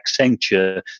Accenture